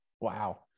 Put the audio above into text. Wow